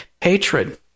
hatred